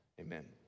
amen